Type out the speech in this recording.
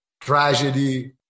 tragedy